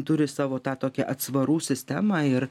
turi savo tą tokią atsvarų sistemą ir